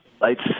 Lights